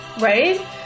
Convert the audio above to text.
Right